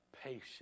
patience